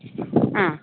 ആ